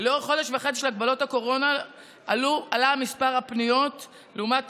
לאורך חודש וחצי של הגבלות הקורונה עלה מספר הפניות לעומת